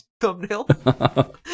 thumbnail